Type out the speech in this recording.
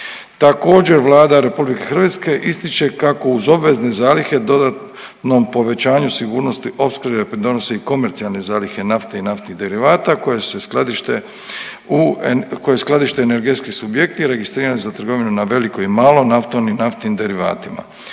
Također, Vlada RH ističe kako uz obvezne zalihe dodatnom povećanju sigurnosti opskrbe pridonose i komercijalne zalihe nafte i naftnih derivata koje se skladište u, koje skladište energetski subjekti registrirani za trgovinu na veliko i malo naftom i naftnim derivatima.